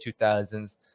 2000s